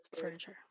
furniture